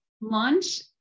launch